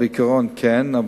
בעיקרון כן,